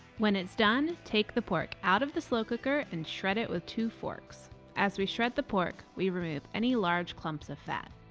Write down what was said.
when it's done, take the pork out of the slow cooker and shred it with two forks as we shred the pork, we remove any large clumps of fat.